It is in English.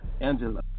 Angela